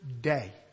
day